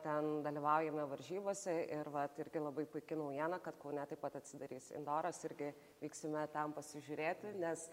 ten dalyvaujame varžybose ir vat ir tai labai puiki naujiena kad kaune taip pat atsidarys indoras irgi vyksime ten pasižiūrėti nes